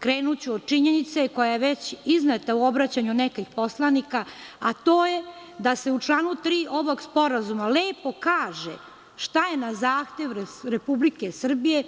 Krenuću od činjenice koja je već izneta u obraćanju nekih poslanika, a to je da se u članu 3. ovog sporazuma lepo kaže šta je na zahtev Republike Srbije